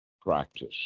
practice